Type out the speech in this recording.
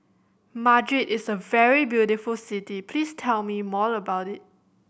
Madrid is a very beautiful city please tell me more about it